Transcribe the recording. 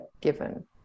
given